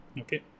okay